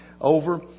over